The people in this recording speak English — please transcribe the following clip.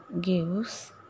gives